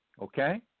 Okay